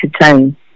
time